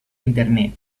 internet